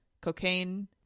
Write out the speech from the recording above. cocaine